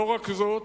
לא רק זאת,